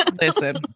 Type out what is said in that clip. listen